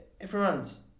everyone's